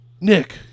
Nick